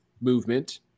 movement